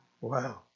Wow